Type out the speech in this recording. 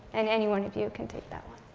and any one of you can take that one.